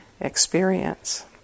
experience